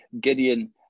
Gideon